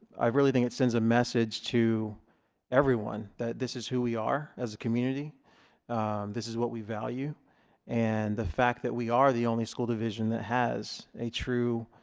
i really think it sends a message to everyone that this is who we are as a community this is what we value and the fact that we are the only school division that has a true